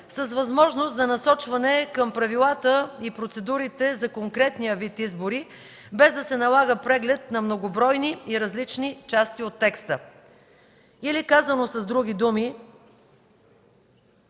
с възможност за насочване към правилата и процедурите за конкретния вид избори, без да се налага преглед на многобройни и различни части от текста.” Или казано с други думи,